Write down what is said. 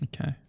Okay